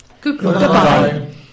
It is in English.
goodbye